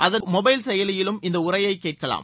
அதன் மொபைல் செயலியிலும் இந்த உரையைக் கேட்கலாம்